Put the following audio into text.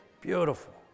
beautiful